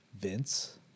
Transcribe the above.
Vince